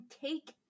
take